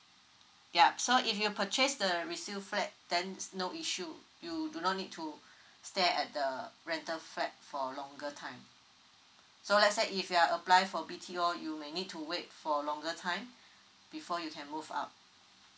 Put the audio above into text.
ya so if you purchase the resale flat then there's no issue you do not need to stay at the rental flat for longer time so let's say if you are apply for B_T_O you may need to wait for a longer time before you can move out